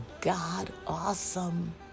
God-awesome